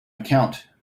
account